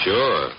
Sure